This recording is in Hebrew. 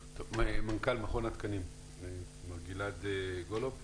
מנכ"ל מכון התקנים מר גלעד גולוב בבקשה.